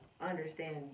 understand